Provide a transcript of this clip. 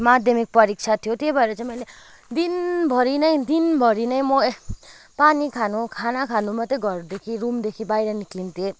माध्यमिक परीक्षा थियो त्यही भएर चाहिँ मैले दिनभरि नै दिनभरि नै म पानी खानु खाना खानु मात्रै घरदेखि रुमदेखि बाहिर निस्किन्थेँ